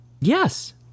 Yes